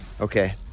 Okay